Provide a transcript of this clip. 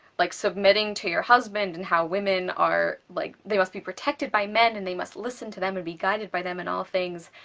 like submitting to your husband and how women are, like, they must be protected by men and they must listen to them and be guided by them in all things.